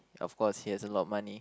of course he has a lot of money